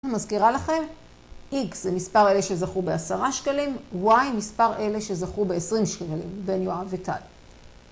אני מזכירה לכם, X זה מספר אלה שזכו בעשרה שקלים, Y מספר אלה שזכו בעשרים שקלים בין יואב וטל.